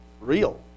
real